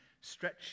stretch